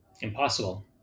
impossible